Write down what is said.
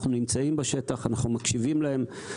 אנחנו נמצאים בשטח, אנחנו מקשיבים להם.